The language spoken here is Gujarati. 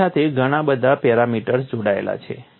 તેની સાથે ઘણા બધા પેરામીટર્સ જોડાયેલા છે